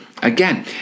Again